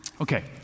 Okay